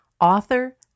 author